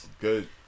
Good